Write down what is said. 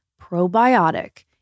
Probiotic